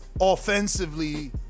offensively